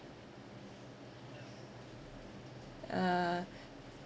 uh